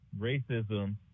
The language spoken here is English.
racism